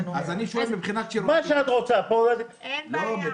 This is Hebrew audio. אין בעיה.